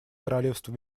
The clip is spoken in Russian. королевства